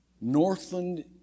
Northland